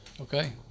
okay